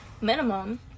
minimum